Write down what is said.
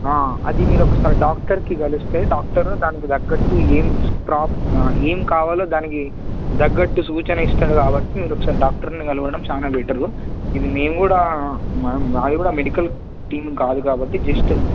అది మీరు ఒక సారి డాక్టర్ని కలిస్తే డాక్టర్ దానికి తగ్గట్టు ఏం ప్రాప్ ఏం కావాలో దానికి తగ్గట్టు సూచన ఇస్తాడు కాబట్టి మీరు ఒక సారి డాక్టర్ని కలవడం చాలా బెటర్ ఇది మేము కూడా మాది కూడా మెడికల్ టీం కాదు కాబట్టి జస్ట్